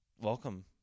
welcome